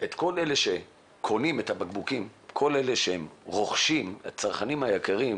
את כל אלה שקונים את הבקבוקים, הצרכנים היקרים